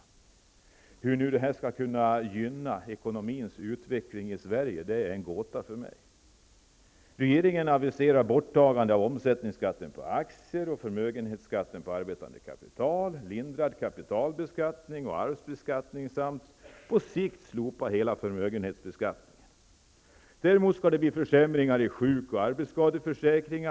För mig är det en gåta hur detta skall kunna gynna ekonomins utveckling i Sverige. Regeringen har aviserat ett borttagande av omsättningsskatten på aktier och av förmögenhetsskatten på arbetande kapital, lindrigare kapitalbeskattning och arvsbeskattning samt ett slopande på sikt av hela förmögenhetsbeskattningen. Däremot skall det bli försämringar i sjuk och arbetsskadeförsäkringarna.